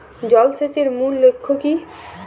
জল সেচের মূল লক্ষ্য কী?